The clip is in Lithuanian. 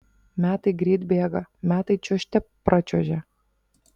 metai greit bėga metai čiuožte pračiuožia